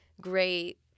great